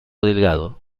delgado